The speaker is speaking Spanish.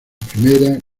primera